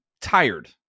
tired